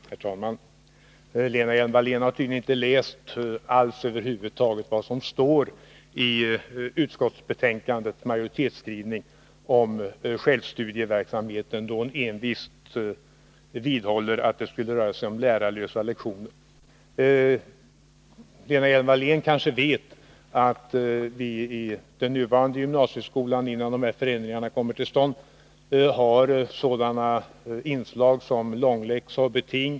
Herr talman! Lena Hjelm-Wallén har tydligen inte alls läst vad som står i utskottsbetänkandets majoritetsskrivning om självstudieverksamheten, eftersom hon envist vidhåller att det skulle röra sig om lärarlösa lektioner. Lena Hjelm-Wallén kanske vet att vi i den nuvarande gymnasieskolan — innan dessa förändringar kommer till stånd — har sådana inslag som långläxa och beting.